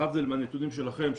להבדיל מהנתונים שלכם,